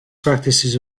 practices